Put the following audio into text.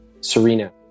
Serena